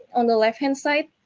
on the left-hand side,